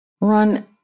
run